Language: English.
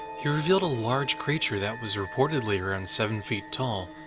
he revealed a large creature that was reportedly around seven feet tall,